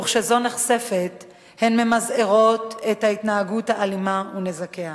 וכשזו נחשפת הן ממזערות את ההתנהגות האלימה ונזקיה.